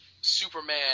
Superman